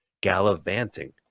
Gallivanting